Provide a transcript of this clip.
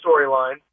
storyline